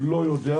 לא יודע?